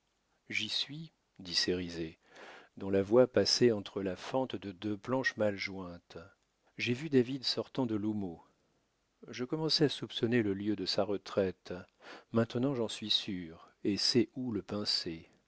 j'y suis dit cérizet dont la voix passait entre la fente de deux planches mal jointes j'ai vu david sortant de l'houmeau je commençais à soupçonner le lieu de sa retraite maintenant j'en suis sûr et sais où le pincer